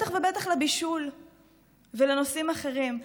ובטח ובטח לבישול ולנושאים אחרים.